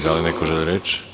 Da li neko želi reč?